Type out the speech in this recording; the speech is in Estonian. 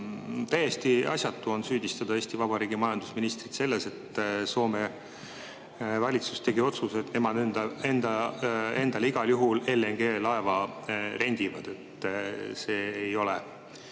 Täiesti asjatu on süüdistada Eesti Vabariigi majandusministrit selles, et Soome valitsus tegi otsuse, et nemad endale igal juhul LNG‑laeva rendivad. See ei ole